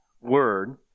word